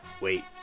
wait